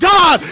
God